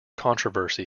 controversy